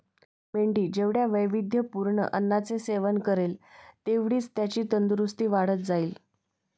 मेंढी जेवढ्या वैविध्यपूर्ण अन्नाचे सेवन करेल, तेवढीच त्याची तंदुरस्ती वाढत जाईल